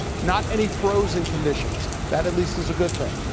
not any frozen conditions. that at least is a good thing.